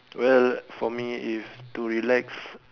well for me if to relax